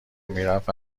میرفت